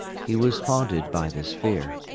he was haunted by this fear.